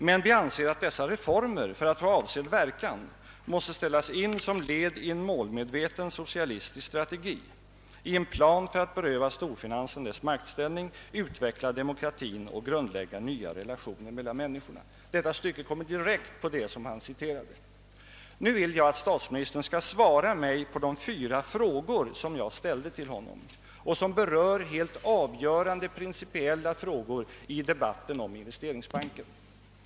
Men vi anser att dessa reformer för att få avsedd verkan måste ställas in som led i en målmedveten socialistisk strategi, i en plan för att beröva storfinansen dess maktställning, utveckla demokratin och grundlägga nya relationer mellan människorna.» Detta stycke kommer direkt efter det som statsministern citerade. Nu vill jag att statsministern skall svara på de fyra frågor som jag ställde till honom och som berör helt avgörande principiella frågor i debatten om investeringsbanken.